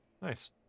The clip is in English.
nice